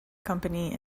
company